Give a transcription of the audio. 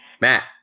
Matt